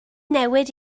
newid